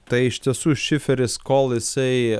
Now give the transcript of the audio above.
tai iš tiesų šiferis kol jisai